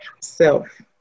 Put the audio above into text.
Self